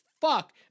fuck